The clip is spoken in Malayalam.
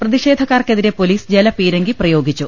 പ്രതിഷേധക്കാർക്കെ തിരെ പൊലീസ് ജലപീരങ്കി പ്രയോഗിച്ചു